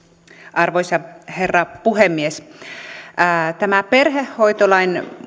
arvoisa herra puhemies tämä perhehoitolain